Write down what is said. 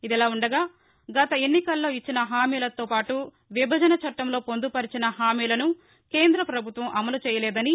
ఇదిలా ఉండగా గత ఎన్నికల్లో ఇచ్చిన హామీలతో పాటు విభజన చట్టంలో పొందుపర్చిన హామీలను కేంద ప్రభుత్వం అమలు చేయలేదని